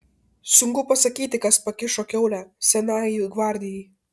sunku pasakyti kas pakišo kiaulę senajai gvardijai